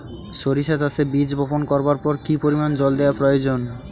সরিষা চাষে বীজ বপন করবার পর কি পরিমাণ জল দেওয়া প্রয়োজন?